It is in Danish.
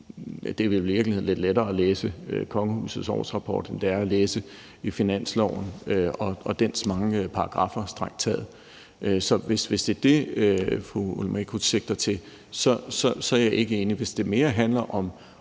Det er vel i virkeligheden lidt lettere at læse kongehusets årsrapport, end det er at læse i finansloven og dens mange paragraffer, strengt taget. Så hvis det er det, fru Christina Olumeko sigter til, er jeg ikke enig. Hvis det mere handler om